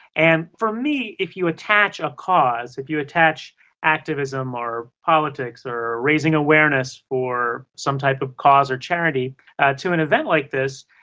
and, for me, if you attach a cause, if you attach activism, or politics, or raising awareness, or some type of cause or charity to an event like this,